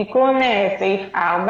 תיקון סעיף 4